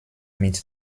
mit